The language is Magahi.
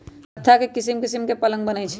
तकख्ता से किशिम किशीम के पलंग कुर्सी बनए छइ